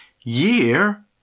year